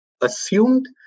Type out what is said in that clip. assumed